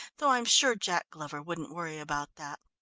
though i'm sure jack glover wouldn't worry about that.